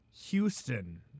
Houston